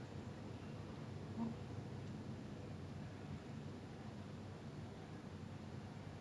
so err அவ கொண்டு வந்தது வந்து:ava kondu vanthathu vanthu tonic water so we had tonic water we mixed with gin like maybe sixty forty or seventy thirty